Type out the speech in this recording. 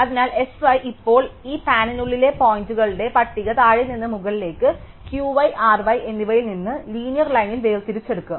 അതിനാൽ S y ഇപ്പോൾ ഈ പാനിനുള്ളിലെ പോയിന്റുകളുടെ പട്ടിക താഴെ നിന്ന് മുകളിലേക്ക് Q y R y എന്നിവയിൽ നിന്ന് ലീനിയർ ലൈനിൽ വേർതിരിച്ചെടുക്കും